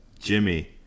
Jimmy